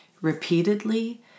repeatedly